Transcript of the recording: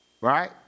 Right